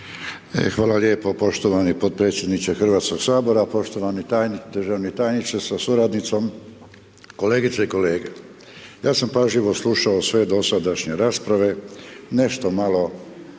Hvala lijepo poštovani podpredsjedniče Hrvatskog sabora, poštovani tajniče, državni tajniče sa suradnicom, kolegice i kolege, ja sam pažljivo slušao sve dosadašnje rasprave, nešto malo